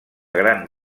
gran